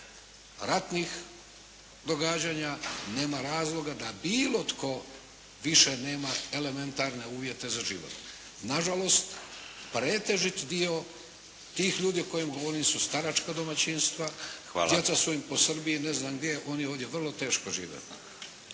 ratnih događanja nema razloga da bilo tko više nema elementarne uvjete za život. Nažalost, pretežit dio tih ljudi o kojima govorim su staračka domaćinstva, djeca su im po Srbiji i ne znam gdje, oni ovdje vrlo teško žive.